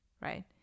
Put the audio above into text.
right